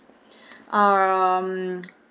um